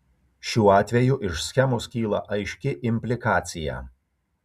šiuo atveju iš schemos kyla aiški implikacija